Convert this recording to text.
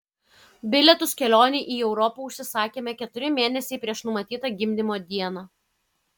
bilietus kelionei į europą užsisakėme keturi mėnesiai prieš numatytą gimdymo dieną